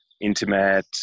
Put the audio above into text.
intimate